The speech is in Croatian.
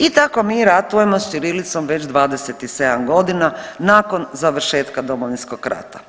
I tako mi ratujemo s ćirilicom već 27.g. nakon završetka Domovinskog rata.